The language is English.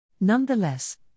Nonetheless